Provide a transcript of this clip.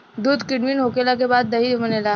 दूध किण्वित होखला के बाद दही बनेला